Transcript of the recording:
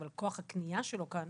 אבל כוח הקנייה שלו כאן